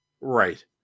Right